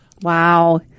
Wow